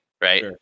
right